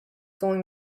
going